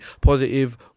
positive